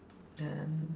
then